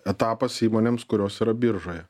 etapas įmonėms kurios yra biržoje